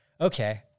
okay